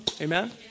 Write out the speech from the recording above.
amen